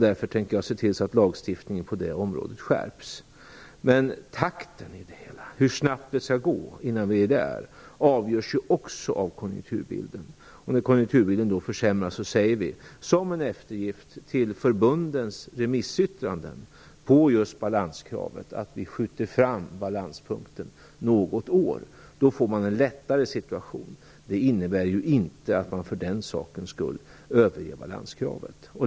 Därför tänker jag se till så att lagstiftningen på det området skärps. Men takten i det hela - hur lång tid det skall gå innan vi är där - avgörs ju också av konjunkturbilden. När konjunkturbilden försämras säger vi, som en eftergift till förbundens remissyttranden vad gäller just balanskravet, att vi skjuter fram balanspunkten något år. Då får man en lättare situation. Det innebär inte att man för den sakens skull överger balanskravet.